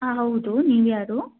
ಹಾಂ ಹೌದು ನೀವು ಯಾರು